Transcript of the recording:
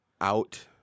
out